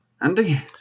Andy